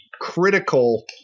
critical